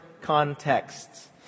contexts